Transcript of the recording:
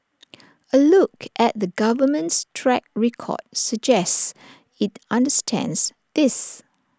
A look at the government's track record suggests IT understands this